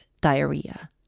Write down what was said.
diarrhea